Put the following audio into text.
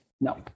No